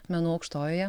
menų aukštojoje